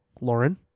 Lauren